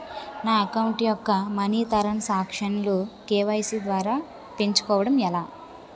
నా అకౌంట్ యెక్క మనీ తరణ్ సాంక్షన్ లు కే.వై.సీ ద్వారా పెంచుకోవడం ఎలా?